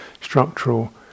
structural